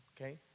Okay